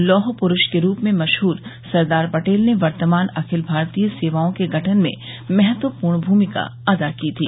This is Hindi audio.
लौह पुरूष के रूप में मशहूर सरदार पटेल ने वर्तमान अखिल भारतीय सेवाओं के गठन में महत्वपूर्ण भूमिका अदा की थी